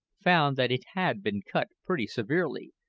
found that it had been cut pretty severely,